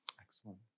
Excellent